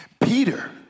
Peter